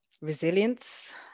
resilience